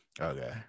Okay